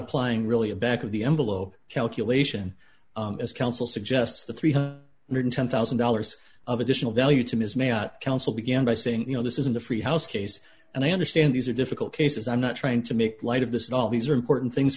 applying really a back of the envelope calculation as counsel suggests the three hundred and ten thousand dollars of additional value to ms may counsel began by saying you know this isn't a free house case and i understand these are difficult cases i'm not trying to make light of this all these are important things